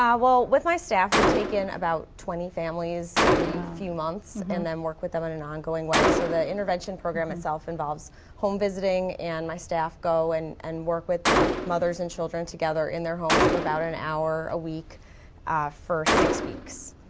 well with my staff we take in about twenty families every few months and then work with them in an ongoing way. so the intervention program itself involves home visiting and my staff go and and work with mothers and children together in their homes for about an hour a week for six weeks.